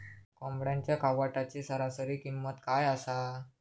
कोंबड्यांच्या कावटाची सरासरी किंमत काय असा?